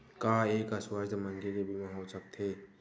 का एक अस्वस्थ मनखे के बीमा हो सकथे?